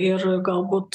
ir galbūt